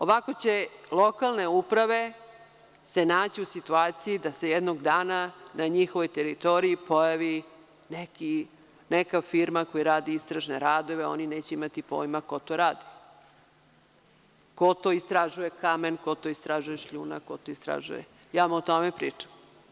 Ovako će se lokalne uprave naći u situaciji da se jednog dana na njihovoj teritoriji pojavi neka firma koja radi istražne radove, a oni neće imati pojma ko to radi, ko to istražuje kamen, ko to istražuje šljunak, o tome vam pričam.